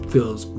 Feels